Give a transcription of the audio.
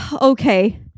Okay